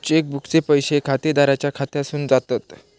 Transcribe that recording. check बुकचे पैशे खातेदाराच्या खात्यासून जातत